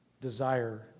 desire